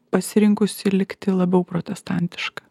pasirinkusi likti labiau protestantiška